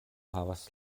havas